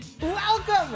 welcome